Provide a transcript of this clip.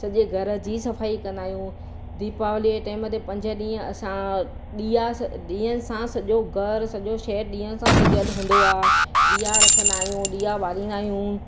सॼे घर जी सफ़ाई कंदा आहियूं दीपावलीअ ए टेम ते पंज ॾींहं असां ॾीआ स ॾीअनि सां सॼो घरु सॼो शहरु ॾीअनि सां सजलु हूंदो आहे ॾीआ रखंदा आहियूं ॾीआ ॿारींदा आहियूं